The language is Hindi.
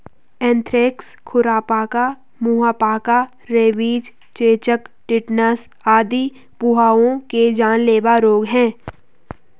एंथ्रेक्स, खुरपका, मुहपका, रेबीज, चेचक, टेटनस आदि पहुओं के जानलेवा रोग हैं